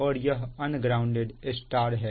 और यह ungrounded Y है